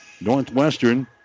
Northwestern